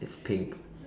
it's pink